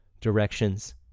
directions